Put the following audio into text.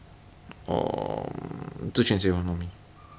no they say they say I de-skill I don't think I want to play with them already